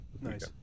Nice